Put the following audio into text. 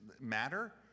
matter